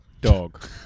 Dog